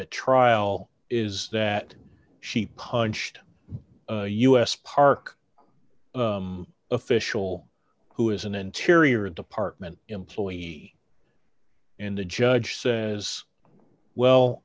d trial is that she punched a u s park official who is an interior department employee and the judge says well